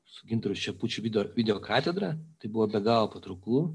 su gintaru šepučiu video video katedra tai buvo be galo patrauklu